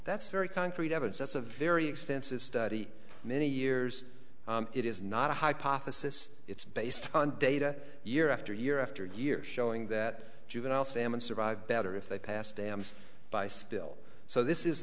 that's very concrete evidence that's a very extensive study many years it is not a hypothesis it's based on data year after year after year showing that juvenile salmon survive better if they pass dams by spill so this is